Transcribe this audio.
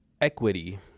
equity